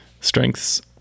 Strengths